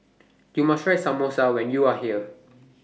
YOU must Try Samosa when YOU Are here